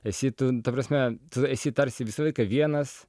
esi tu ta prasme tu esi tarsi visą laiką vienas